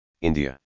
India